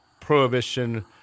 prohibition